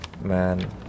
Man